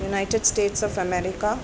United States of America